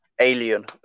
Alien